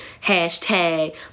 hashtag